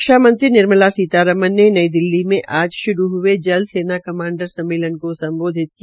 रक्षा मंत्री निर्मला सीतारमन ने नई दिल्ली में आज शुरू हये जल सेना कमांडर सम्मेलन का सम्बोधित किया